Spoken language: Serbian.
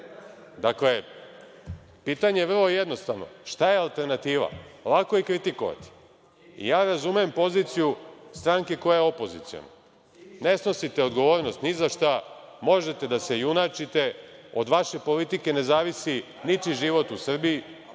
pitanje je vrlo jednostavno, šta je alternativa? Lako je kritikovati. Ja razumem poziciju stranke koja je opoziciona. Ne snosite odgovornost ni za šta, možete da se junačite, od vaše politike ne zavisi ničiji život u Srbiji,